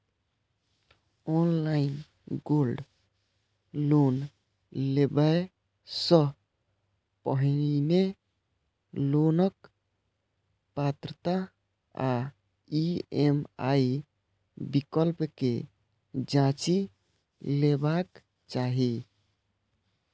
online gold loan लेबय सं पहिने लोनक पात्रता आ ई.एम.आई विकल्प कें जांचि लेबाक चाही